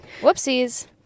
Whoopsies